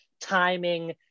timing